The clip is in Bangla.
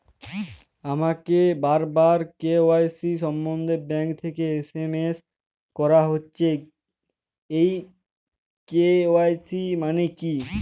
আমাকে বারবার কে.ওয়াই.সি সম্বন্ধে ব্যাংক থেকে এস.এম.এস করা হচ্ছে এই কে.ওয়াই.সি মানে কী?